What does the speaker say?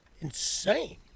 insane